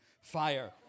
fire